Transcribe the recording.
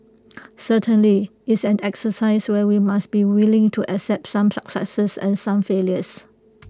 certainly it's an exercise where we must be willing to accept some successes and some failures